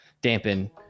dampen